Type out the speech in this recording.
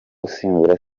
usimbura